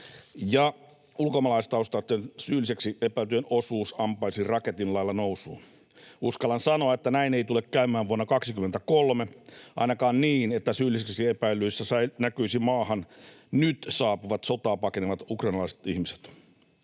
ja ulkomaalaistaustaisten syylliseksi epäiltyjen osuus ampaisi raketin lailla nousuun. Uskallan sanoa, että näin ei tule käymään vuonna 23, ainakaan niin, että syylliseksi epäillyissä näkyisivät maahan nyt saapuvat, sotaa pakenevat ukrainalaiset ihmiset.